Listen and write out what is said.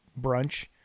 brunch